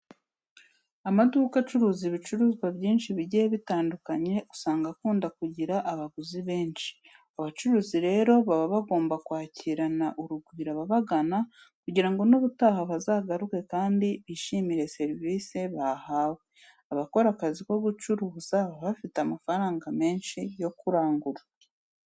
Amaduka acuruza ibicuruzwa byinshi bigiye bitandukanye usanga akunda kugira abaguzi benshi. Abacuruzi rero baba bagomba kwakirana urugwiro ababagana kugira ngo n'ubutaha bazagaruke kandi bishimire serivise bahawe. Abakora akazi ko gucuruza baba bafite amafaranga menshi yo kurangura.